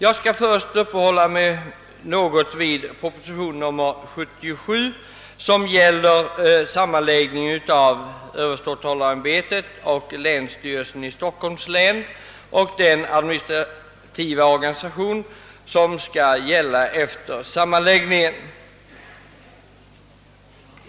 Jag skall först något uppehålla mig vid proposition nr 77, som gäller sammanläggning av Ööverståthållarämbetet och länsstyrelsen i Stockholms län och den administrativa organisation som skall gälla efter sammanläggningen.